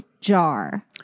jar